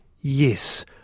yes